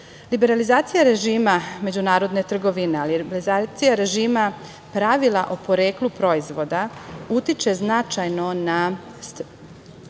integracija. Liberalizacija režima međunarodne trgovine, ali liberalizacija režima pravila o poreklu proizvoda utiče značajno na